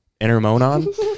Intermonon